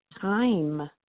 time